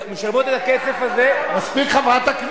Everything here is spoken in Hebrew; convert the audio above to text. החברות האלה משלמות את הכסף הזה, יש שלוש חברות.